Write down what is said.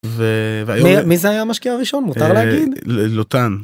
מי זה היה המשקיע הראשון? מותר להגיד? לוטן.